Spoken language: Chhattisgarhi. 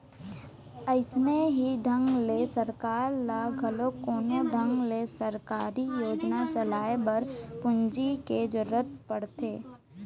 अइसने ही ढंग ले सरकार ल घलोक कोनो ढंग ले सरकारी योजना चलाए बर पूंजी के जरुरत पड़थे